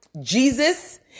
Jesus